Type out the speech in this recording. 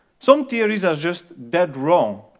some theories are just dead wrong.